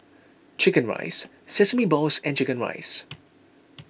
Chicken Rice Sesame Balls and Chicken Rice